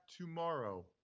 tomorrow